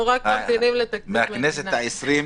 אנחנו רק ממתינים לתקציב מהמדינה.